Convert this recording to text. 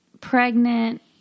pregnant